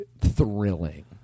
thrilling